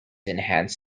enhanced